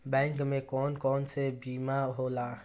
Bank में कौन कौन से बीमा होला?